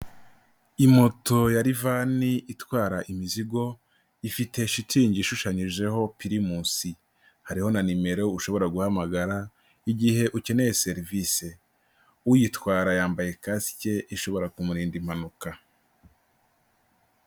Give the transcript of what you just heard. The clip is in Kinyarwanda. Imoto ya rifani itwara imizigo ifite shitingi ishushanyijeho Pirimusi, hariho na nimero ushobora guhamagara igihe ukeneye serivise, uyitwara yambaye kasike ishobora kumurinda impanuka.